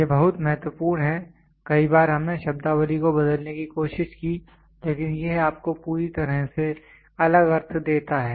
यह बहुत महत्वपूर्ण है कई बार हमने शब्दावली को बदलने की कोशिश की लेकिन यह आपको पूरी तरह से अलग अर्थ देता है